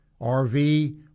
RV